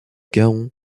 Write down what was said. gaon